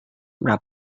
sudah